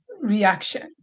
reaction